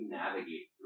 navigate